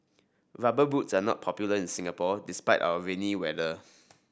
rubber boots are not popular in Singapore despite our rainy weather